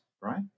Right